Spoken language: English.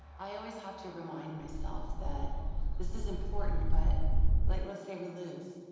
i always have to remind myself that this is important, but let's say we lose,